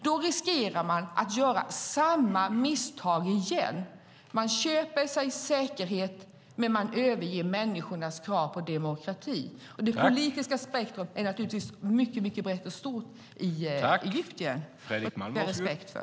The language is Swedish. Då riskerar man att göra samma misstag igen. Man köper sig säkerhet, men man överger människornas krav på demokrati. Det politiska spektrumet är naturligtvis mycket brett och stort i Egypten, och det har jag all respekt för.